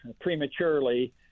prematurely